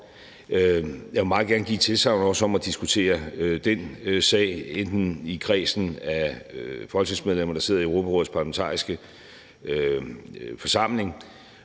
Jeg vil meget gerne give et tilsagn om også at diskutere den sag. Det kan være i kredsen af folketingsmedlemmer, der sidder i Europarådets Parlamentariske Forsamling,